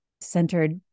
centered